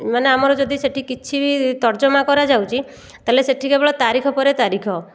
ମାନେ ଆମର ଯଦି ସେଇଠି କିଛି ବି ତର୍ଜମା କରାଯାଉଛି ତାହେଲେ ସେଇଠି କେବଳ ତାରିଖ ପରେ ତାରିଖ